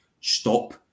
stop